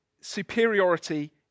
superiority